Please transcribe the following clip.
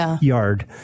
yard